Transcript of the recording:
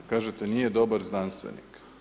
Kažete nije dobar znanstvenik.